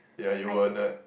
ya you were a nerd